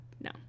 No